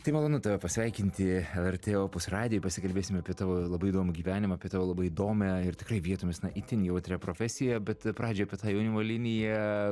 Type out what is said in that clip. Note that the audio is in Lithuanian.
tai malonu tave pasveikinti lrt opus radijuj pasikalbėsim apie tavo labai įdomų gyvenimą apie tavo labai įdomią ir tikrai vietomis na itin jautrią profesiją bet pradžiai apie tai jaunimo liniją